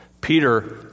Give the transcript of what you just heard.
Peter